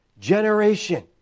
generation